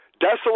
desolate